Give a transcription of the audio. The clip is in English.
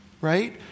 right